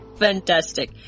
fantastic